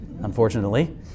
unfortunately